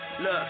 look